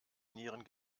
nieren